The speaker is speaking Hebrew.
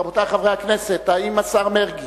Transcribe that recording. רבותי חברי הכנסת, השר מרגי,